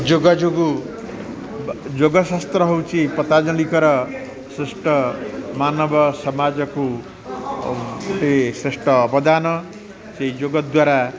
ଯୋଗ ଯୋଗୁଁ ଯୋଗଶାସ୍ତ୍ର ହେଉଛି ପତାଞଲିଙ୍କର ଶ୍ରେଷ୍ଠ ମାନବ ସମାଜକୁ ଗୁଟେ ଶ୍ରେଷ୍ଠ ଅବଦାନ ସେଇ ଯୋଗ ଦ୍ୱାରା